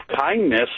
kindness